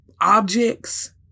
objects